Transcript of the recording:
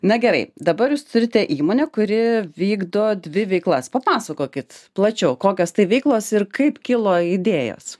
na gerai dabar jūs turite įmonę kuri vykdo dvi veiklas papasakokit plačiau kokios tai veiklos ir kaip kilo idėjos